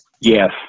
Yes